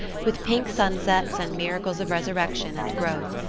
with pink sunsets and miracles of resurrection and growth.